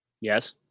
Yes